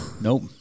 Nope